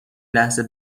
لحظه